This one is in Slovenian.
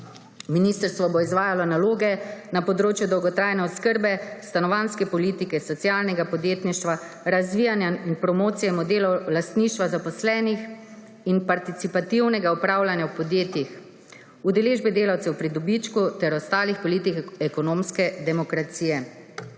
Ministrstvo bo izvajalo naloge na področju dolgotrajne oskrbe, stanovanjske politike, socialnega podjetništva, razvijanja in promocije modelov lastništva zaposlenih in participativnega upravljanja v podjetjih, udeležbe delavcev pri dobičku ter ostalih politik ekonomske demokracije.